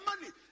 money